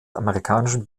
amerikanischen